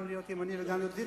גם להיות ימני וגם להיות דתי,